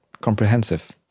comprehensive